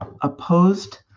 opposed